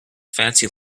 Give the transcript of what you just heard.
fancy